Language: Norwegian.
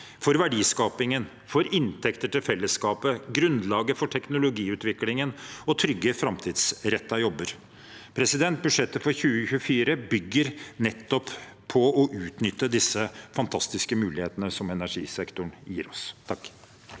for verdiskapingen, for inntekter til fellesskapet, grunnlaget for teknologiutviklingen og trygge, framtidsrettede jobber. Budsjettet for 2024 bygger nettopp på å utnytte disse fantastiske mulighetene som energisektoren gir oss.